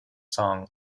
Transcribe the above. song